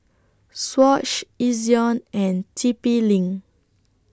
Swatch Ezion and T P LINK